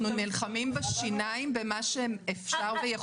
אנחנו נלחמים בשיניים במה שאפשר ויכולים.